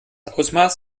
ausmaß